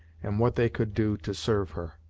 and what they could do to serve her.